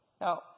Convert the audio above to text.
Now